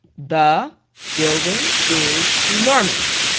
the building is enormous.